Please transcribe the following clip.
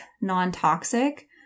non-toxic